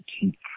keep